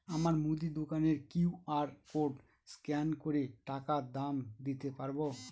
আমার মুদি দোকানের কিউ.আর কোড স্ক্যান করে টাকা দাম দিতে পারব?